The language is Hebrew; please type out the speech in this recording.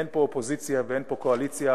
אין פה אופוזיציה ואין פה קואליציה,